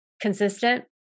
consistent